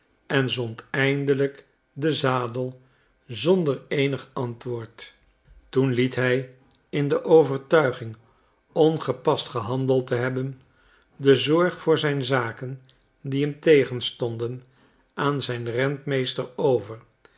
en zond eindelijk den zadel zonder eenig antwoord toen liet hij in de overtuiging ongepast gehandeld te hebben de zorg voor zijn zaken die hem tegenstonden aan zijn rentmeester over